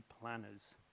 planners